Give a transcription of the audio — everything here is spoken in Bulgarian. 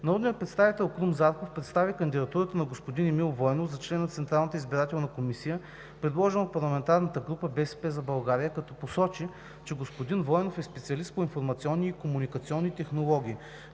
Народният представител Крум Зарков представи кандидатурата на господин Емил Войнов за член на Централната избирателна комисия, предложена от парламентарната група на „БСП за България“, като посочи, че господин Войнов е специалист по информационни и комуникационни технологии.